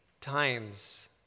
times